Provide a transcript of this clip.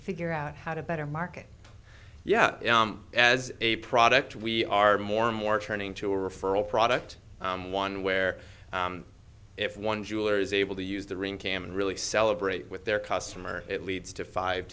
figure out how to better market yeah as a product we are more and more turning to a referral product one where if one jeweler is able to use the ring cam and really celebrate with their customer it leads to five